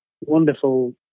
wonderful